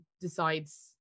decides